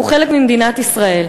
הוא חלק ממדינת ישראל,